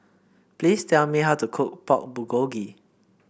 please tell me how to cook Pork Bulgogi